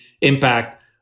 impact